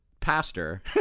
Pastor